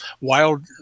wild